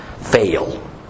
fail